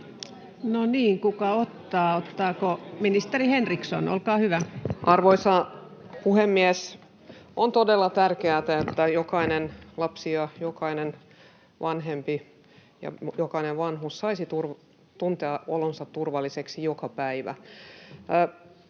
No niin, kuka ottaa? — Ottaako ministeri Henriksson? Olkaa hyvä. Arvoisa puhemies! On todella tärkeätä, että jokainen lapsi ja jokainen vanhempi ja jokainen vanhus saisi tuntea olonsa turvalliseksi joka päivä.